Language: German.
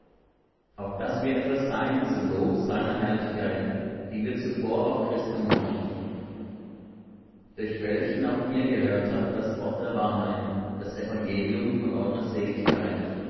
auf daß wir etwas seien zu lob seiner herrlichkeit die wir zuvor auf christum hofften durch welchen auch ihr gehört habt das wort der wahrheit das evangelium von eurer seligkeit